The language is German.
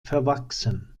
verwachsen